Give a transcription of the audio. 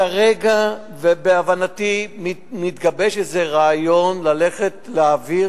כרגע, ובהבנתי, מתגבש איזה רעיון להעביר